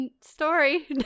story